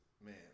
Man